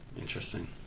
Interesting